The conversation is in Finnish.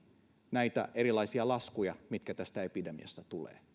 näitä erilaisia laskuja mitkä tästä epidemiasta tulevat